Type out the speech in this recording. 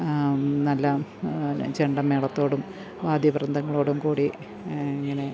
നല്ല ചെണ്ടമേളത്തോടും വാദ്യവൃന്ദങ്ങളോടും കൂടി ഇങ്ങനെ